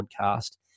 podcast